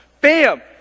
Bam